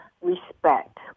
respect